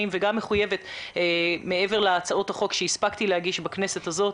וגם מחויבת מעבר להצעות החוק שהספקתי להגיש בכנסת הזאת,